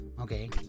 Okay